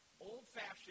old-fashioned